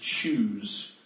choose